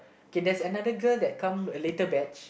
K there's another girl that come a later batch